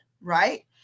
right